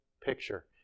picture